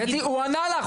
קטי, הוא ענה לך.